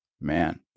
Man